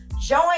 Join